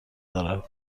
دارد